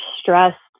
stressed